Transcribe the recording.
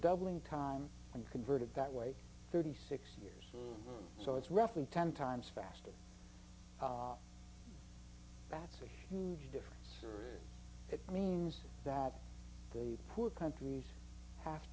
doubling time and converted that way thirty six years so it's roughly ten times faster that's a huge difference or it means that the poor countries have